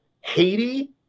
Haiti –